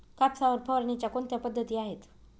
कापसावर फवारणीच्या कोणत्या पद्धती आहेत?